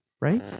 right